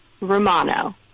Romano